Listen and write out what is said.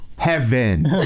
heaven